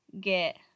get